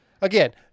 Again